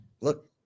look